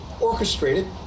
orchestrated